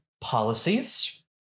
policies